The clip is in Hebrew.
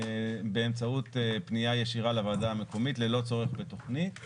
באמצעות פנייה ישירה לוועדה המקומית ללא צורך בתוכנית,